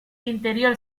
interior